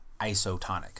isotonic